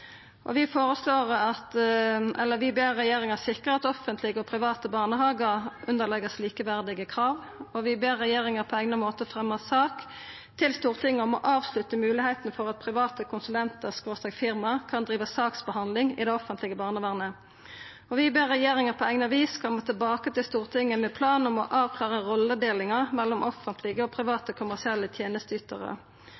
ber regjeringen sikre at offentlige og private barnehager underlegges likeverdige krav, herunder til tilbud, kvalitet, bemanning, kompetanse, innhold, åpningstider, antall åpne uker i året og felles brukerundersøkelser.» «Stortinget ber regjeringen på egnet måte fremme sak til Stortinget om å avslutte muligheten for at private konsulenter/firma kan drive saksbehandling i det offentlige barnevernet.» «Stortinget ber regjeringen på egnet vis komme tilbake til Stortinget med en plan for å avklare rolledeling mellom offentlige og